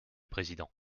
président